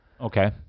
Okay